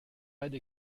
raide